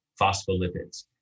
phospholipids